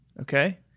okay